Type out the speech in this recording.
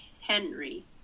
Henry